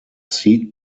seat